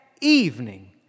evening